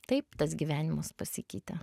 taip tas gyvenimas pasikeitė